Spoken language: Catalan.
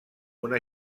una